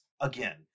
again